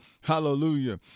hallelujah